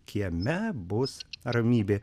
kieme bus ramybė